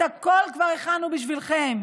את הכול כבר הכנו בשבילכם,